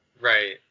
Right